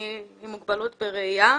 אני עם מוגבלות בראייה,